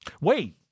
Wait